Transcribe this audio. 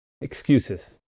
Excuses